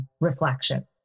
reflection